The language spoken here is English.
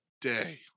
day